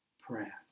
prayer